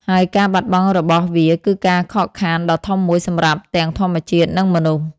ហើយការបាត់បង់របស់វាគឺជាការខាតបង់ដ៏ធំមួយសម្រាប់ទាំងធម្មជាតិ និងមនុស្ស។